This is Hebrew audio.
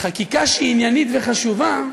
חקיקה שהיא עניינית וחשובה,